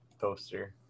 poster